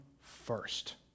first